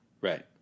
Right